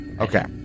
Okay